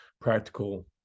practical